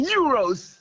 Euros